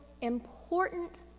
important